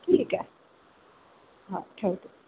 ठीक आहे हां ठेवते